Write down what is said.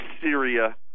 Syria